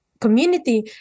community